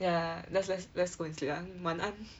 ya let's let's go and sleep lah 晚安